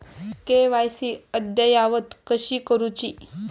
KYC अद्ययावत कशी करुची?